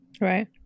Right